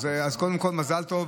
אז קודם כול מזל טוב,